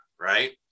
Right